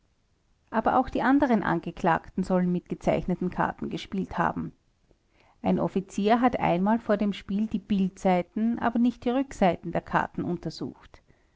aber auch die anderen angeklagten sollen mit gezeichneten karten gespielt haben ein offizier hat einmal vor dem spiel die bildseiten aber nicht die rückseiten der karten untersucht